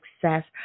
success